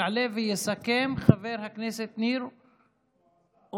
יעלה ויסכם חבר הכנסת ניר אורבך.